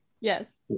Yes